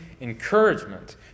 encouragement